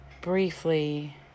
Briefly